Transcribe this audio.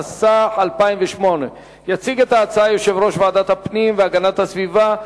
התשס"ח 2008. יציג את ההצעה יושב-ראש ועדת הפנים והגנת הסביבה,